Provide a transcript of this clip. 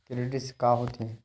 Credit से का होथे?